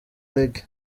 reggae